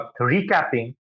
recapping